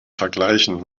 vergleichen